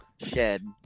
shed